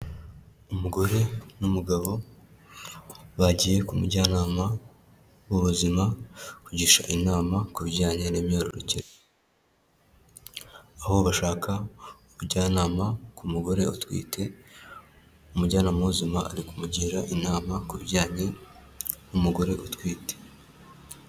Umugore n'umugabo bagiye ku mujyanama w'ubuzima kugisha inama ku bijyanye n'imyororokere, aho bashaka ubujyanama ku mugore utwite, umujyanama w'ubuzima ari kumugira inama ku bijyanye n'umugore utwite.